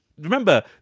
Remember